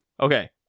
okay